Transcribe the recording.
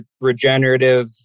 regenerative